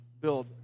build